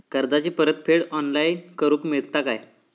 कर्जाची परत फेड ऑनलाइन करूक मेलता काय?